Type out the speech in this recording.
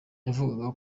yavugaga